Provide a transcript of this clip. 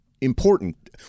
important